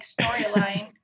storyline